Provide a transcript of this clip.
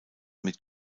mit